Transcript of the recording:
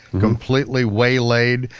completely way laid,